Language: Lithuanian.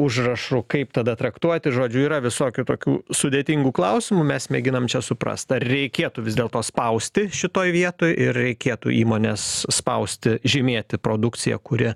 užrašu kaip tada traktuoti žodžiu yra visokių tokių sudėtingų klausimų mes mėginam čia suprast ar reikėtų vis dėlto spausti šitoj vietoj ir reikėtų įmones spausti žymėti produkciją kuri